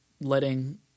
letting